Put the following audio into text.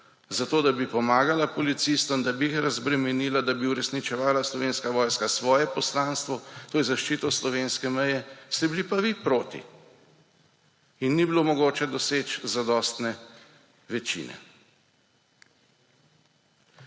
zato da bi pomagala policistom, da bi jih razbremenila, da bi uresničevala Slovenska vojska svoje poslanstvo, to je zaščito slovenske meje, ste bili pa vi proti. In ni bilo mogoče doseči zadostne večine.